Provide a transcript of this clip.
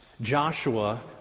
Joshua